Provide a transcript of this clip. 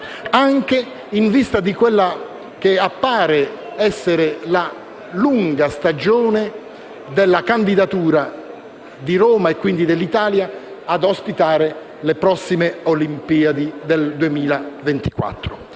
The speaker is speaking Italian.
anche in vista di quella che appare essere la lunga stagione della candidatura di Roma, e quindi dell'Italia, ad ospitare le prossime Olimpiadi del 2024.